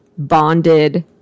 bonded